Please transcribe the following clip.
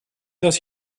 does